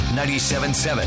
97.7